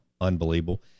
Unbelievable